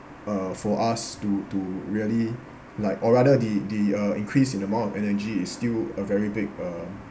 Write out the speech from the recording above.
uh for us to to really like or rather the the uh increase in the amount of energy is still a very big uh